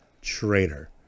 traitor